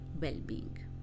well-being